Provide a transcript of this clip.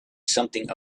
something